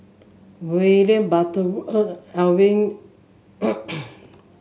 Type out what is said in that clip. William Butterworth Edwin